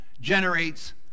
generates